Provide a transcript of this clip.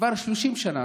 כבר 30 שנה,